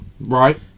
right